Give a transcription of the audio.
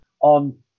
on